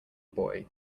boy